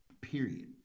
period